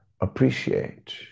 appreciate